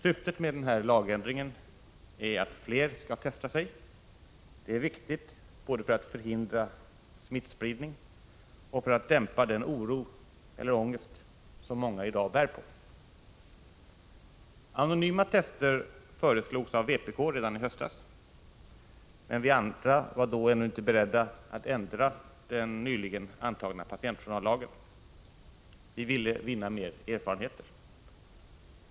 Syftet med den här lagändringen är att fler skall testa sig — det är viktigt både för att förhindra smittspridning och för att dämpa den oro eller ångest som många i dag bär på. Anonyma tester föreslogs av vpk redan i höstas, men vi andra var då ännu inte beredda att ändra den nyligen antagna patientjournallagen. Vi ville vinna mer erfarenheter.